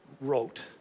wrote